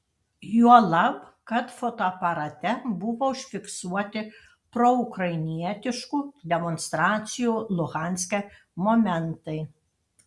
juolab kad fotoaparate buvo užfiksuoti proukrainietiškų demonstracijų luhanske momentai